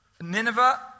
Nineveh